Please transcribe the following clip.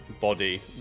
body